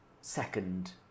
second